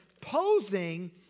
posing